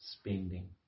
spending